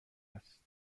است